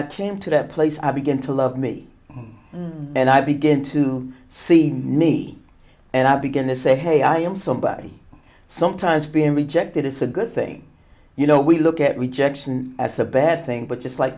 i came to that place i begin to love me and i begin to see me and i begin to say hey i am somebody sometimes being rejected is a good thing you know we look at rejection as a bad thing but just like